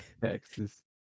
Texas